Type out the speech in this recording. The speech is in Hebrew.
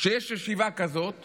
שיש ישיבה כזאת